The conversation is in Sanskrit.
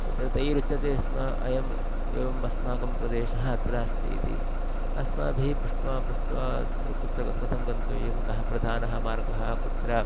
तत्र तैरुच्यते स्म अयम् एवम् अस्माकं प्रदेशः अत्र अस्ति इति अस्माभिः पृष्ट्वा पृष्ट्वा अत्र कुत्र तत् कथं गन्तव्यं कः प्रधानः मार्गः कुत्र